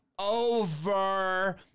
Over